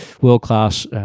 world-class